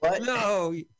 No